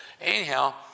Anyhow